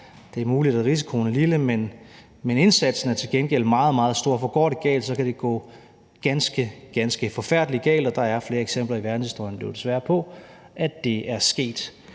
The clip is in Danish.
det er muligt, at risikoen er lille, men indsatsen er til gengæld meget, meget stor, for går det galt, kan det gå ganske, ganske forfærdelig galt, og der er jo desværre flere eksempler i verdenshistorien på, at det er sket.